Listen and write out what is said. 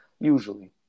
usually